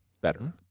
better